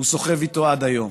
הוא סוחב איתו עד היום.